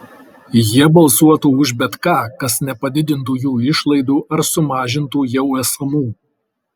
jie balsuotų už bet ką kas nepadidintų jų išlaidų ar sumažintų jau esamų